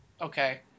Okay